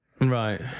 Right